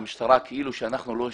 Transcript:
כאילו אנחנו לא השתנינו,